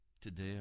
Today